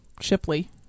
Shipley